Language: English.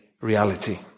reality